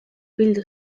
bildu